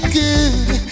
good